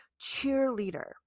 cheerleader